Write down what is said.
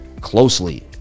closely